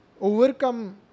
overcome